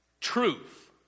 truth